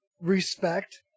respect